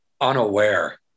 unaware